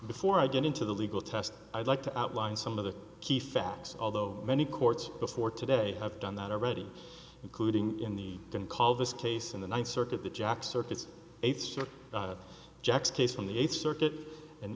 before i get into the legal test i'd like to outline some of the key facts although many courts before today have done that already including in the can call this case in the ninth circuit the jack circuits eighth circuit jack's case from the eighth circuit and